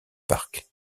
parc